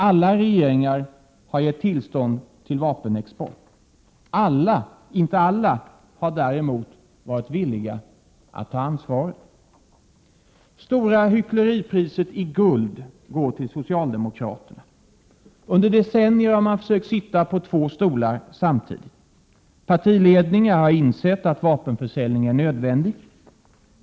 Alla regeringar har gett tillstånd till vapenexport. Inte alla har däremot varit villiga att ta ansvaret. Stora hyckleripriset i guld går till socialdemokraterna. Under decennier har man försökt sitta på två stolar samtidigt. Partiledningar har insett att vapenförsäljning är nödvändig.